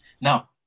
Now